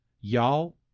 Y'all